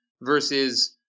versus